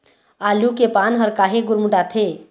आलू के पान हर काहे गुरमुटाथे?